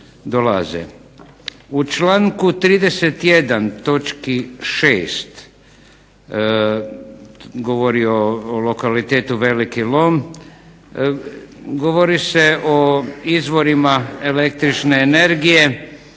U članku 31. točki 6. govori o lokalitetu Veliki lom, govori se o izvorima električne energije.